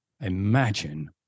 imagine